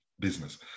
business